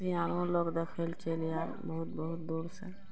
आनो लोक देखय लए चलि आयल बहुत बहुत दूरसँ